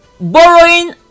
borrowing